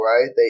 right